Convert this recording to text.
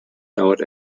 dauert